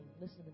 Listen